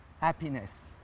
happiness